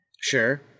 Sure